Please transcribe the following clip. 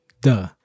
Duh